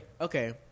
Okay